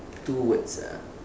two words ah